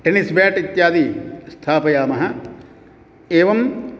tennis bat इत्यादि स्थापयामः एवं